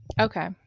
Okay